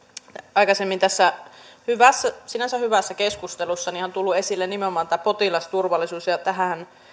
aikaisemmin tässä sinänsä hyvässä keskustelussa on on tullut esille nimenomaan tämä potilasturvallisuus ja tähänhän